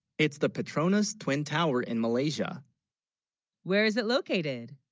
it's the petronas twin tower in malaysia where is it located?